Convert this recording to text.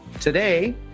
Today